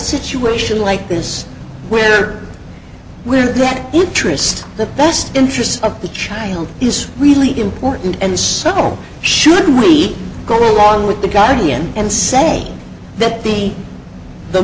situation like this where we're getting interest the best interests of the child is really important and subtle should we go along with the guardian and say that the the